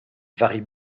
varie